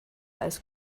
als